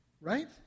right